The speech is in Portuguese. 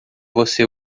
você